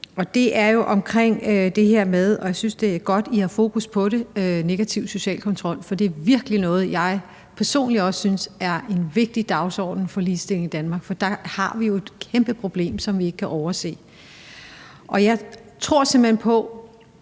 og jeg synes, det er godt, I har fokus på det – negativ social kontrol. For det er virkelig noget, jeg personligt også synes er en vigtig dagsorden for ligestilling i Danmark. For der har vi jo et kæmpe problem, som vi ikke kan overse. Og jeg tror